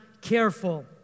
careful